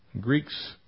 Greeks